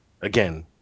Again